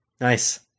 Nice